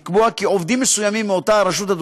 לקבוע כי עובדים מסוימים מאותה רשות,